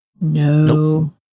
No